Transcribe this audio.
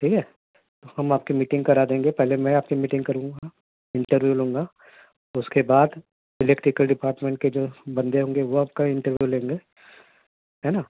ٹھیک ہے ہم آپ کی میٹنگ کرا دیں گے پہلے میں آپ کی میٹنگ کروں گا انٹرویو لوں گا اس کے بعد الیکٹریکل ڈپارٹمنٹ کے جو بندے ہوں گے وہ آپ کا انٹرویو لیں گے ہے نا